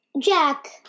Jack